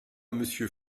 monsieur